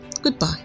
goodbye